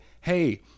Hey